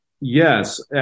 Yes